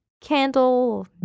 candle